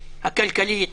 הכלכלית,